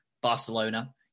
Barcelona